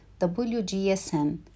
WGSN